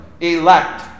elect